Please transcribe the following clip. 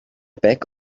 beg